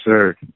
sir